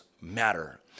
matter